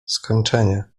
skończenia